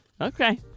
Okay